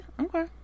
okay